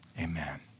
amen